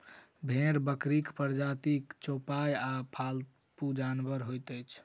भेंड़ बकरीक प्रजातिक चौपाया आ पालतू जानवर होइत अछि